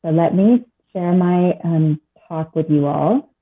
and let me share my talk with you all.